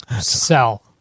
Sell